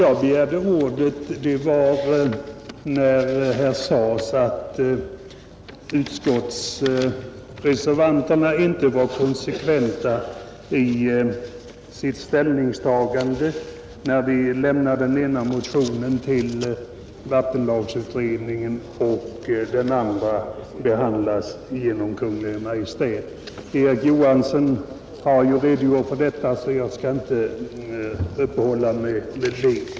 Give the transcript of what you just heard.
Jag begärde ordet därför att här sades att reservanterna inte är konsekventa i sitt ställningstagande, när vi vill lämna den ena motionen till vattenlagsutredningen och den andra till att behandlas genom Kungl. Maj:t. Herr Johanson i Västervik har ju redogjort för detta, så jag skall inte uppehålla mig vid det.